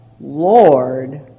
Lord